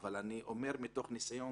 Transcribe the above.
אני אומר מניסיון